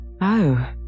Oh